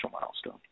milestone